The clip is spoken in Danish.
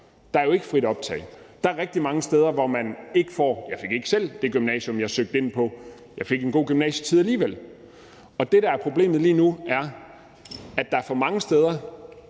der er jo ikke frit optag. Jeg fik ikke selv det gymnasium, som jeg søgte ind på, men jeg fik en god gymnasietid alligevel. Det, der er problemet lige nu, er, at der er for mange steder,